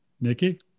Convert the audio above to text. Nikki